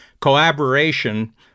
collaboration